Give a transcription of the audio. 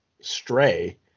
Stray